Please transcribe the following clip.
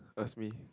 ask me